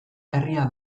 herria